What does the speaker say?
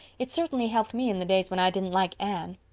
it certainly helped me in the days when i didn't like anne.